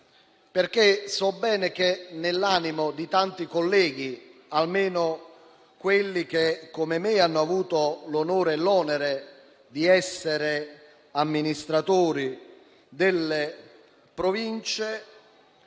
quello che c'è nell'animo di tanti colleghi, o almeno di quelli che, come me, hanno avuto l'onore e l'onere di essere amministratori delle Province.